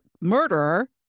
murderer